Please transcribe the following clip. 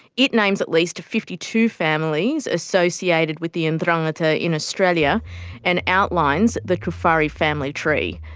it names at least fifty two families associated with the ndrangheta in australia and outlines the cufari family tree.